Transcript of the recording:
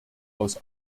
aus